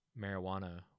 marijuana